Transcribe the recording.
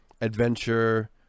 adventure